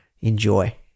Enjoy